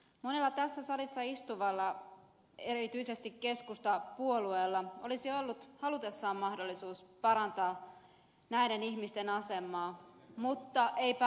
monella tässä salissa istuvalla erityisesti keskustapuoluelaisilla olisi ollut halutessaan mahdollisuus parantaa näiden ihmisten asemaa mutta eipä ole haluttu